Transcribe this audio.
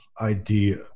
idea